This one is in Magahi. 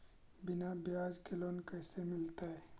बिना ब्याज के लोन कैसे मिलतै?